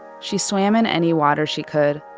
she swam in any water she could,